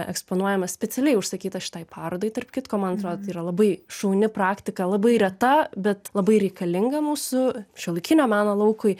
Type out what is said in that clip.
eksponuojamas specialiai užsakytas šitai parodai tarp kitko man atrodo tai yra labai šauni praktika labai reta bet labai reikalinga mūsų šiuolaikinio meno laukui